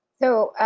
so,